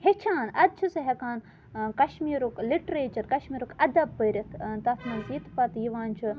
ہیٚچھان اَدٕ چھُ سُہ ہیٚکان کَشمیٖرُک لِٹریچَر کَشمیٖرُک اَدب پٔرِتھ تَتھ منٛز ییٚتہِ پَتہٕ یِوان چھُ